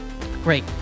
Great